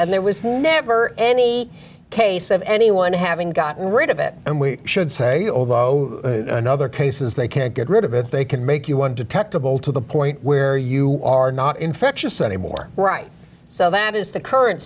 and there was never any case of anyone having gotten rid of it and we should say oh another case is they can't get rid of it they can make you one detectable to the point where you are not infectious anymore right so that is the current